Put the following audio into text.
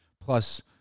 Plus